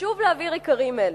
חשוב להבהיר עיקרים אלה: